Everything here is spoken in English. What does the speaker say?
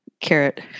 carrot